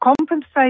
compensate